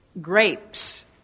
grapes